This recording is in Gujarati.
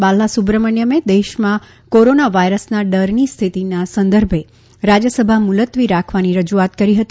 બાલાસુબ્રમણ્યમે દેશમાં કોરોના વાયરસના ડરની સ્થિતિના સંદર્ભે રાજયસભા મુલત્વી રાખવાની રજુઆત કરી હતી